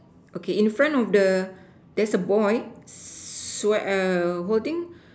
okay in front of the there's a boy swea~ err holding